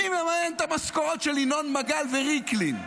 מי מממן את המשכורות של ינון מגל וריקלין?